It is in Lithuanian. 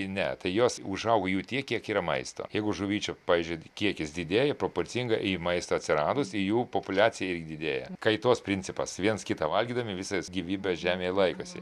ne tai jos užauga jų tiek kiek yra maisto jeigu žuvyčių pavyzdžiui kiekis didėja proporcingai į maistą atsiradus ir jų populiacija didėja kaitos principas viens kitą valgydami visas gyvybes žemėje laikosi